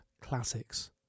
Classics